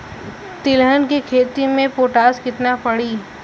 तिलहन के खेती मे पोटास कितना पड़ी?